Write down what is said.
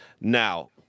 Now